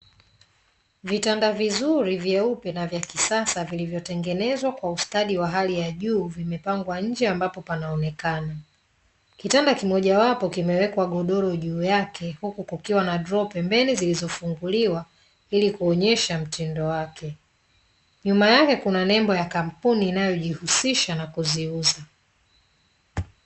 Vitanda vizuri vyeupe na vya kisasa vilivyo tengenezwa kwa ustadi wa hali ya juu vimepangwa nje ambapo panaonekana, kitanda kimojawapo kimewekwa godoro juu yake huku kukiwa na droo pembeni zilizo funguliwa ili kuonyesha mtindo wake, nyuma yake kuna nembo ya kampuni inayojihusisha na kuziuza.